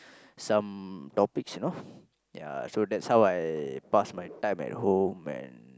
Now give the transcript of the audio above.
some topics you know ya so that's how I pass my time at home and